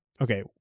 okay